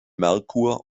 merkur